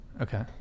Okay